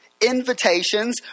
invitations